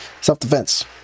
self-defense